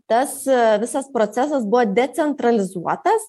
tas visas procesas buvo decentralizuotas